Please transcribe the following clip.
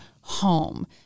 home